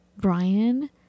Brian